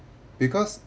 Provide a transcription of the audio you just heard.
because